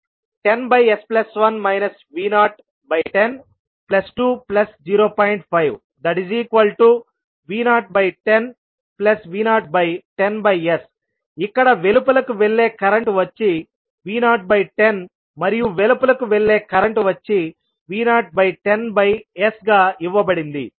5V010V010s ఇక్కడ వెలుపలకు వెళ్లే కరెంటు వచ్చి V010 మరియు వెలుపలకు వెళ్లే కరెంటు వచ్చి V010sగా ఇవ్వబడింది